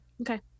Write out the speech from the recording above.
okay